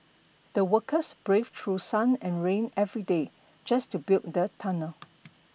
the workers braved through sun and rain every day just to build the tunnel